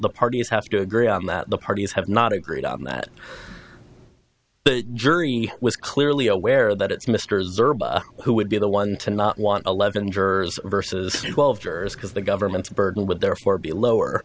the parties have to agree on that the parties have not agreed on that jury was clearly aware that it's mr who would be the one to not want eleven jurors versus twelve jurors because the government's burden with therefore be lower